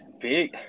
big